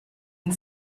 and